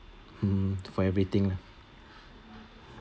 hmm for everything lah